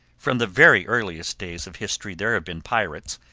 from the very earliest days of history there have been pirates,